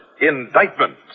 indictment